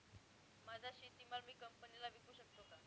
माझा शेतीमाल मी कंपनीला विकू शकतो का?